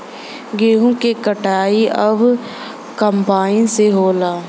गेंहू क कटिया अब कंपाइन से होला